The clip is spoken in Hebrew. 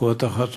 דחו את החתונה,